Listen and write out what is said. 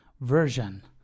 version